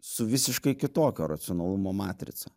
su visiškai kitokio racionalumo matrica